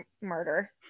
murder